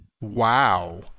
Wow